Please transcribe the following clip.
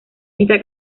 esta